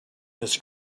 this